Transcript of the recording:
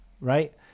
right